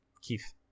Keith